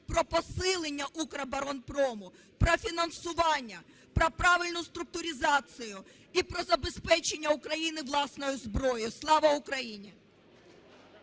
про посилення Укроборонпрому, про фінансування, про правильну структуризацію і про забезпечення України власною зброєю. Слава Україні!